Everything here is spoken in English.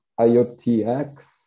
IOTX